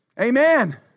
Amen